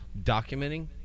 documenting